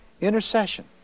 Intercession